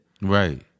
Right